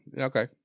Okay